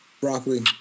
Broccoli